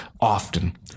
often